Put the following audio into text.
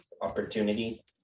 opportunity